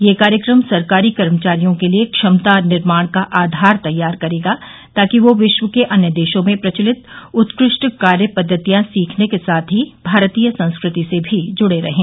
यह कार्यक्रम सरकारी कर्मचारियों के लिए क्षमता निर्माण का आधार तैयार करेगा ताकि वे विश्व के अन्य देशों में प्रचलित उत्कृष्ट कार्य पद्वतियां सीखने के साथ ही भारतीय संस्कृति से भी जुड़े रहें